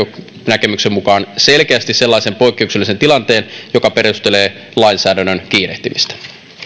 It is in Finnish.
näkemyksen mukaan selkeästi sellaisen poikkeuksellisen tilanteen joka perustelee lainsäädännön kiirehtimistä